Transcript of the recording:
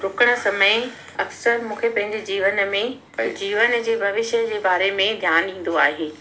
ॾुकण समय अक्सर मूंखे पंहिंजे जीवन में जीवन जे भविष्य जे बारे में ध्यानु ॾींदो आहे